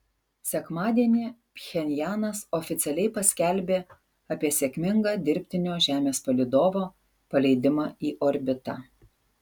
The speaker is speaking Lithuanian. sekmadienį pchenjanas oficialiai paskelbė apie sėkmingą dirbtinio žemės palydovo paleidimą į orbitą